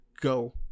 go